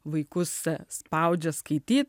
vaikus spaudžia skaityt